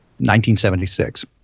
1976